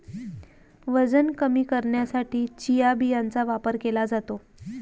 वजन कमी करण्यासाठी चिया बियांचा वापर केला जातो